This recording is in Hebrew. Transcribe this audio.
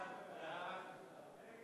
ההצעה